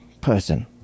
person